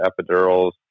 epidurals